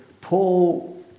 Paul